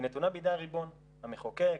היא נתונה בידי הריבון: המחוקק,